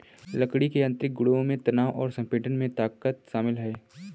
लकड़ी के यांत्रिक गुणों में तनाव और संपीड़न में ताकत शामिल है